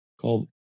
called